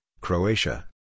Croatia